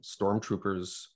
stormtroopers